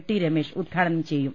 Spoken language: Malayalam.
ടി രമേശ് ഉദ്ഘാടനം ചെയ്യും